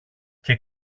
και